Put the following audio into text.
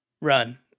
run